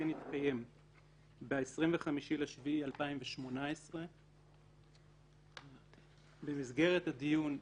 כן התקיים ב-25 ליולי 2018. במסגרת הדיון,